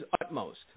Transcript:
utmost